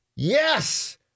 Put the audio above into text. Yes